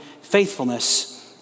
faithfulness